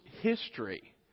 history